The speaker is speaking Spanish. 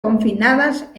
confinadas